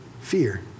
fear